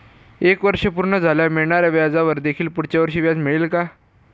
एक वर्ष पूर्ण झाल्यावर मिळणाऱ्या व्याजावर देखील पुढच्या वर्षी व्याज मिळेल का?